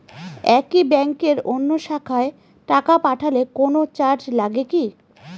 একই ব্যাংকের অন্য শাখায় টাকা পাঠালে কোন চার্জ লাগে কি?